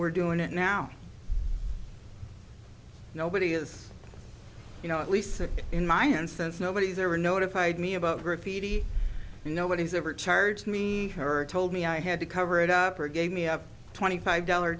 we're doing it now nobody is you know at least in my hands since nobody's ever notified me about graffiti and nobody's ever charged me her told me i had to cover it up or gave me a twenty five dollar